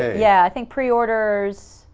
yeah i think pre-orders,